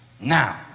now